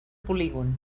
polígon